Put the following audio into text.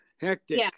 hectic